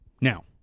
Now